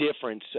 difference